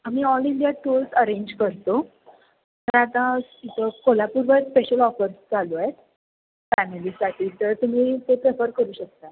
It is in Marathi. आम्ही ऑल इंडिया टूर्स अरेंज करतो तर आता इथे कोल्हापूरवर स्पेशल ऑफर्स चालू आहे फॅमिलीसाठी तर तुम्ही ते प्रेफर करू शकता